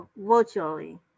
virtually